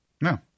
No